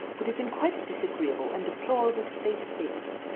would have been quite a disagreeable and deplorable state of things.